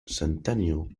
centennial